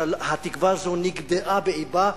התקווה הזאת נגדעה באבה.